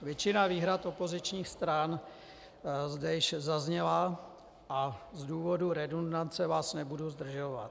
Většina výhrad opozičních stran zde již zazněla a z důvodů redundance vás nebudu zdržovat.